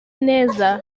neza